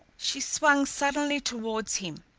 she swung suddenly towards him.